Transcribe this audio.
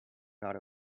not